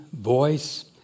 voice